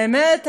האמת,